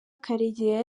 karegeya